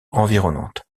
environnante